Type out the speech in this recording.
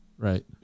right